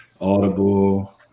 Audible